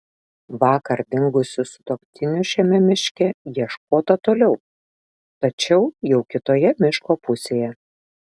vakar dingusių sutuoktinių šiame miške ieškota toliau tačiau jau kitoje miško pusėje